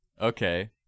Okay